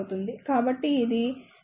కాబట్టి ఇది beta x IB x re అవుతుంది